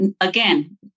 again